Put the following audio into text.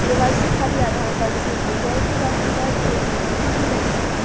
KYC खाली Aadhaar card से हो जाए कि राशन कार्ड अउर बिजली बिल भी लगी?